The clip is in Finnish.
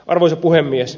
arvoisa puhemies